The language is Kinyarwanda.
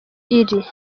iri